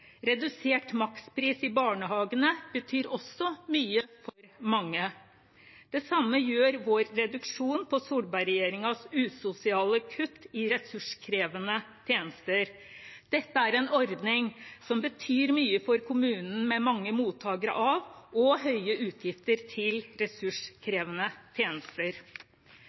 Redusert makspris i barnehagene betyr også mye for mange. Det samme gjør vår reduksjon av Solberg-regjeringens usosiale kutt i ressurskrevende tjenester. Dette er en ordning som betyr mye for kommuner med mange mottakere av, og høye utgifter til, ressurskrevende tjenester.